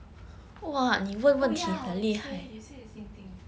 oh ya hor you say you say the same thing